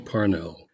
Parnell